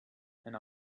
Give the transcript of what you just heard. and